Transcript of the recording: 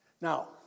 Now